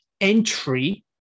entry